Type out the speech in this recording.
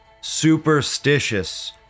superstitious